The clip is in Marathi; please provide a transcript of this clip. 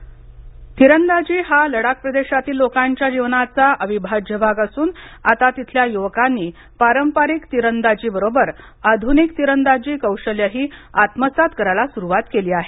लडाख खेलो इंडिया तिरंदाजी हा लडाख प्रदेशातील लोकांच्या जीवनाचा अविभाज्य भाग असून आता तिथल्या युवकांनी पारंपरिक तिरंदाजीबरोबर आधूनिक तिरंदाजी कौशल्यही आत्मसात करायला सुरुवात केली आहे